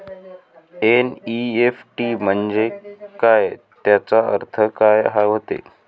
NEFT म्हंजे काय, त्याचा अर्थ काय होते?